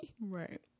Right